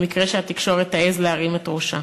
למקרה שהתקשורת תעז להרים את ראשה.